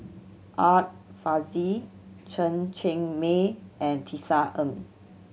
Art Fazil Chen Cheng Mei and Tisa Ng